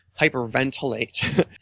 hyperventilate